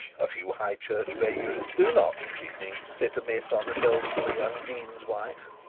a few high church vagaries do not, she thinks, sit amiss on the shoulders of a young dean's wife.